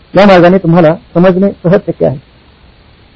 या मार्गाने तुम्हाला समजणे सहज शक्य आहे